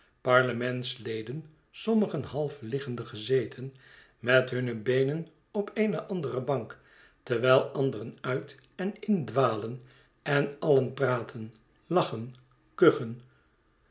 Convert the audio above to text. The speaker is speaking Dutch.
parlementsleden sommigen half liggende gezeten met hunne beenen op eene andere bank terwijl anderen uiten in dwalen en alien praten lachen kuchen